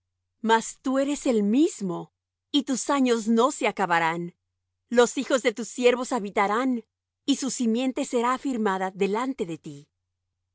mas tú eres el mismo y tus años no se acabarán los hijos de tus siervos habitarán y su simiente será afirmada delante de ti